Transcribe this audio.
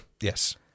Yes